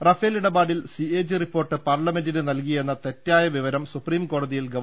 Rafale ഇടപാ ടിൽ C A G report പാർലമെന്റിന് നൽകിയെന്ന തെറ്റായ വിവരം സുപ്രീംകോടതിയിൽ ഗവ